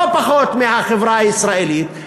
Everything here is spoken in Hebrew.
לא פחות מהחברה הישראלית,